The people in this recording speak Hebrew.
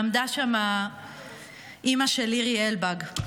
עמדה שם אימא של לירי אלבג,